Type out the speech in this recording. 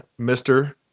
Mr